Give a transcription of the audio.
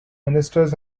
ministers